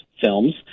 films